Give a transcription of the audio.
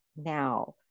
now